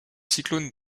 cyclones